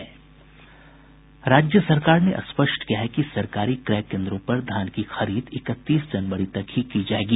राज्य सरकार ने स्पष्ट किया है कि सरकारी क्रय केन्द्रों पर धान की खरीद इकतीस जनवरी तक ही की जायेगी